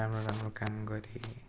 राम्रो राम्रो काम गरेँ